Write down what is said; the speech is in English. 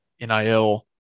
nil